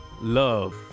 love